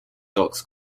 docks